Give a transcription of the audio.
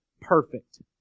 Perfect